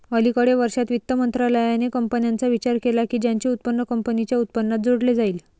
अलिकडे वर्षांत, वित्त मंत्रालयाने कंपन्यांचा विचार केला की त्यांचे उत्पन्न कंपनीच्या उत्पन्नात जोडले जाईल